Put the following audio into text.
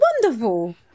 wonderful